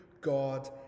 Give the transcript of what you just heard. God